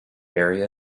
area